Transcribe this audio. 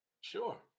Sure